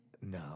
No